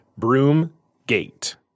Broomgate